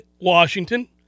Washington